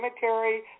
cemetery